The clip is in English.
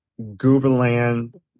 Gooberland